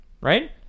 right